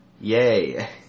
Yay